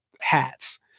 hats